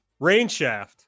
Rainshaft